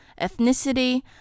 ethnicity